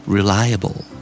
Reliable